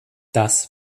das